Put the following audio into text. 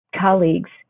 colleagues